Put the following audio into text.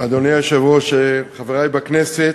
אדוני היושב-ראש, חברי בכנסת,